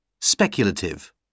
Speculative